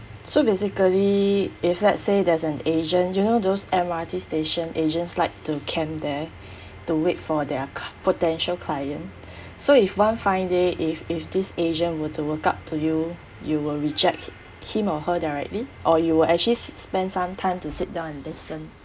so basically if let's say there's an agent you know those M_R_T station agents like to camp there to wait for their cli~ potential client so if one fine day if if this agent were to walk up to you you will reject him or her directly or you will actually spend some time to sit down and listen